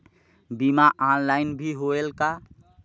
बीमा ऑनलाइन भी होयल का?